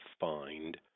find